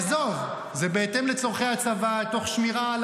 עזוב, זה בהתאם לצורכי הצבא, תוך שמירה על